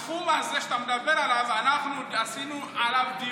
הם שמו אותך על הפודיום.